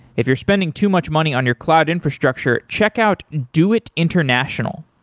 if you're spending too much money on your cloud infrastructure, check out doit international.